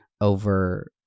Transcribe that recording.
over